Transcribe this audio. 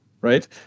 right